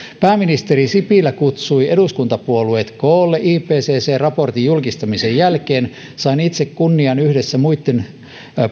pääministeri sipilä kutsui eduskuntapuolueet koolle ipcc raportin julkistamisen jälkeen sain itse kunnian yhdessä muitten